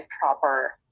proper